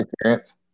experience